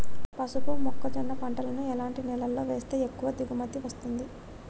పసుపు మొక్క జొన్న పంటలను ఎలాంటి నేలలో వేస్తే ఎక్కువ దిగుమతి వస్తుంది?